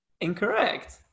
Incorrect